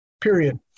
period